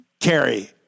Carrie